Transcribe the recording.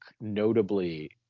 notably